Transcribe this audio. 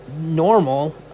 normal